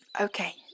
Okay